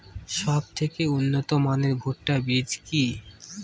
সবথেকে উন্নত মানের ভুট্টা বীজ কি?